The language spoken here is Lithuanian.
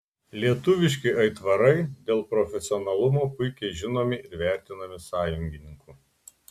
lietuviški aitvarai dėl profesionalumo puikiai žinomi ir vertinami sąjungininkų